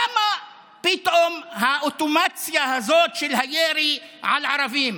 למה פתאום האוטומציה הזאת של הירי על ערבים?